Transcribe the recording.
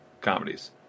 comedies